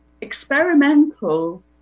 experimental